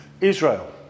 Israel